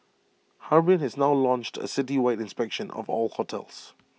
Harbin has now launched A citywide inspection of all hotels